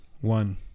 one